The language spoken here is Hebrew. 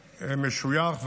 משויך,